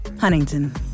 Huntington